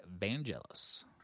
Vangelis